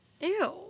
Ew